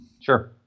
Sure